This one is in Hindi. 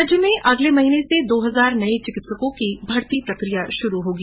राज्य में अगले महीने से दो हजार नये चिकित्सकों की भर्ती प्रक्रिया शुरु होगी